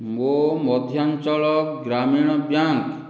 ମୋ ମଧ୍ୟାଞ୍ଚଳ ଗ୍ରାମୀଣ ବ୍ୟାଙ୍କ